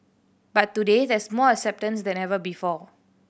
but today there's more acceptance than ever before